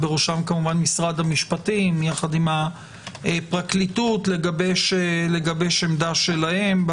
בראשם כמובן משרד המשפטים עם הפרקליטות לגבש עמדה שלהם.